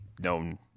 known